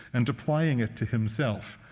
and applying it to himself.